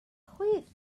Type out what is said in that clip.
chwith